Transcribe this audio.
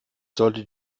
solltet